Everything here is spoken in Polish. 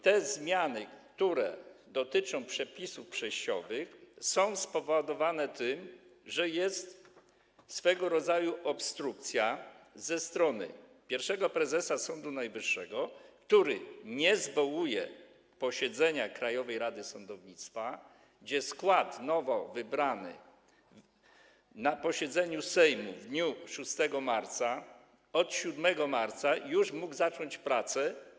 Te zmiany, które dotyczą przepisów przejściowych, są spowodowane tym, że jest swego rodzaju obstrukcja ze strony pierwszego prezesa Sądu Najwyższego, który nie zwołuje posiedzenia Krajowej Rady Sądownictwa, przy czym nowy skład, wybrany na posiedzeniu Sejmu w dniu 6 marca, 7 marca już mógł zacząć pracę.